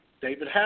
David